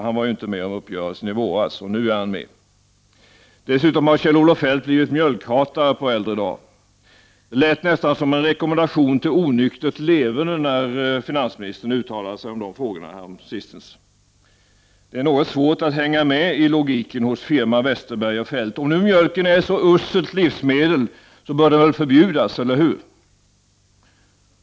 Han var inte med om uppgörelsen i våras, och nu är han med. Dessutom har Kjell-Olof Feldt blivit mjölkhatare på äldre dar. Det lät nästan som en rekommendation till onyktert leverne, när finansministern uttalade sig i de frågorna häromsistens. Det är något svårt att hänga med i logiken hos firma Westerberg & Feldt. Om nu mjölken är ett så uselt livsmedel bör den väl förbjudas, eller hur?